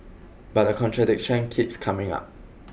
but the contradiction keeps coming up